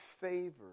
favor